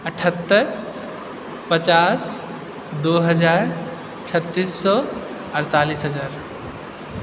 अठहत्तर पचास दू हजार छत्तीस सए अठतालीस हजार